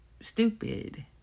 stupid